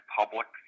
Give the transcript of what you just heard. public